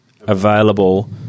available